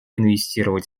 инвестировать